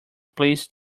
please